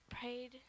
prayed